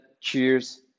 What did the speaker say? cheers